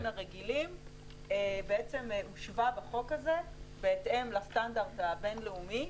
הרגילים בעצם הושווה בחוק הזה בהתאם לסטנדרט הבין-לאומי.